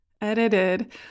edited